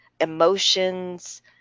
emotions